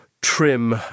trim